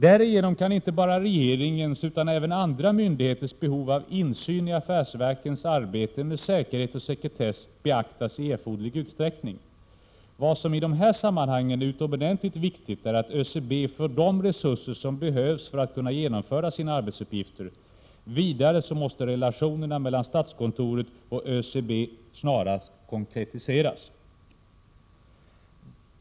Därigenom kan inte bara regeringens utan även andra Prot. 1987/88:122 myndigheters behov av insyn i affärsverkens arbete med säkerhet och 18 maj 1988 sekretess beaktas i erforderlig utsträckning. Vad som i de här sammanhangen är utomordentligt viktigt är att ÖCB får de resurser som behövs för att kunna genomföra sina arbetsuppgifter. Vidare måste relationerna mellan statskontoret och ÖCB snarast konkretiseras.